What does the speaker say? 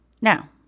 Now